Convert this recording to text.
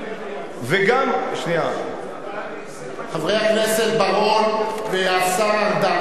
חבר הכנסת בר-און והשר ארדן,